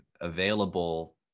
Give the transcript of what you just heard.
available